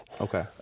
Okay